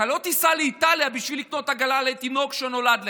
אתה לא תיסע לאיטליה בשביל לקנות עגלה לתינוק שנולד לך.